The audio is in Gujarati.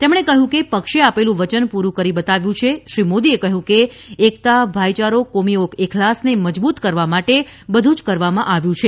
તેમણે કહ્યું કે પક્ષે આપેલું વચન પૂરૂં કરી બતાવ્યું છે શ્રી મોદીએ કહ્યું કે એકતા ભાઇચારો કોમીએખલાસને મજબૂત કરવા માટે બધું જ કરવામાં આવ્યું છે